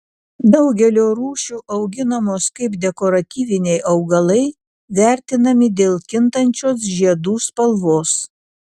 daugelio rūšių auginamos kaip dekoratyviniai augalai vertinami dėl kintančios žiedų spalvos